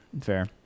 fair